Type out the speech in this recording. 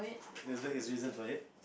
was that his reason for it